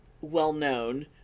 well-known